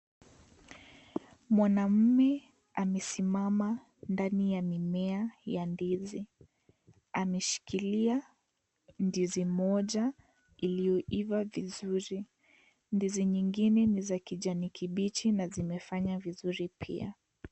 Mwanamme amesimama ndani ya mimea ya ndizi , ameshikilia ndizi moja iliyoiva vizuri . Ndizi nyingine NI za kijani kibichi na zimefanya vizuri pia.